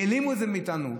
העלימו את זה מאיתנו.